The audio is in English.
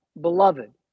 beloved